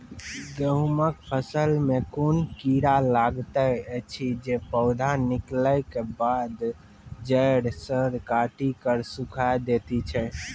गेहूँमक फसल मे कून कीड़ा लागतै ऐछि जे पौधा निकलै केबाद जैर सऽ काटि कऽ सूखे दैति छै?